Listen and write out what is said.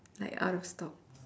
like out of stock